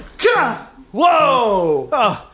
Whoa